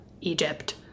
Egypt